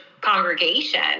congregation